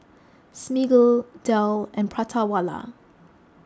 Smiggle Dell and Prata Wala